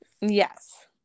Yes